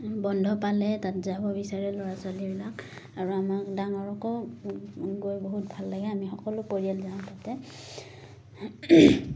বন্ধ পালে তাত যাব বিচাৰে ল'ৰা ছোৱালীবিলাক আৰু আমাক ডাঙৰকো গৈ বহুত ভাল লাগে আমি সকলো পৰিয়াল যাওঁ তাতে